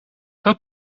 her